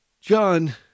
John